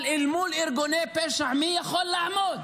אבל מול ארגוני פשע מי יכול לעמוד?